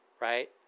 Right